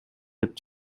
деп